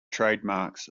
trademarks